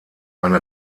eine